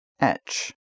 Etch